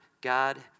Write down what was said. God